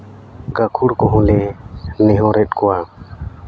ᱜᱟᱹᱠᱷᱩᱲ ᱠᱚᱦᱚᱸ ᱞᱮ ᱱᱮᱦᱚᱨᱮᱫ ᱠᱚᱣᱟ